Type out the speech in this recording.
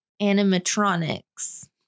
animatronics